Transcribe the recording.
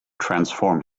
transform